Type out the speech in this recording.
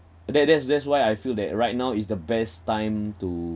that that's that's why I feel that right now is the best time to